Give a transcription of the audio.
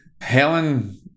Helen